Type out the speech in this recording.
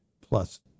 plus